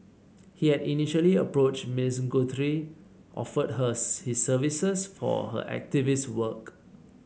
he had initially approached Miss Guthrie offering her his services for her activist work